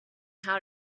how